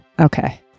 Okay